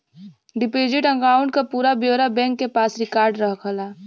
deposit account क पूरा ब्यौरा बैंक के पास रिकार्ड रहला